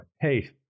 hey